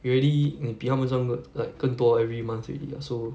you already 你比他们赚 g~ like 更多 every month already lah so